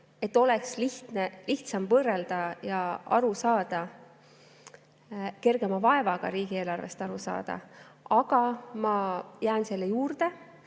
et oleks lihtsam võrrelda ja aru saada, kergema vaevaga riigieelarvest aru saada. Aga ma jään selle juurde,